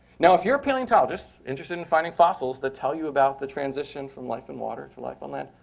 now, if you're a paleontologist, interested in finding fossils that tell you about the transition from life in water to life on land,